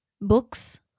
books